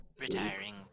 Retiring